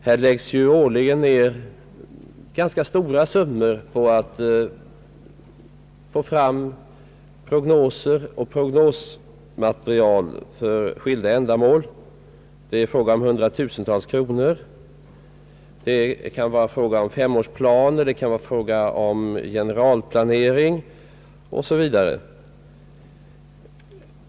Här läggs årligen ned ganska stora summor på att få fram prognoser och prognosmaterial för skilda ändamål. Det är fråga om hundratusentals kronor. Det kan vara fråga om femårsplaner, generalplanering m.m.